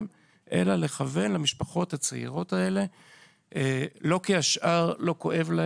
אלא לכוון למשפחות הצעירות האלה ולא כי לשאר לא כואב.